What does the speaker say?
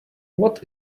what